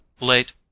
late